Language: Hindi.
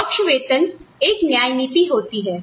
निष्पक्ष वेतन एक न्याय नीतिहोती है